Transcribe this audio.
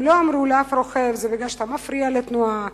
הם לא אמרו לאף רוכב: זה בגלל שאתה מפריע לתנועה.